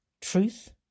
Truth